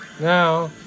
Now